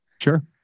Sure